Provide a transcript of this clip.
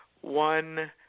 one